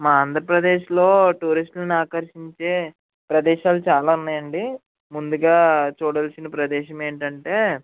మా ఆంధ్రప్రదేశ్లో టూరిస్ట్లను ఆకర్షించే ప్రదేశాలు చాలా ఉన్నాయండి ముందుగా చూడవలసిన ప్రదేశమేంటంటే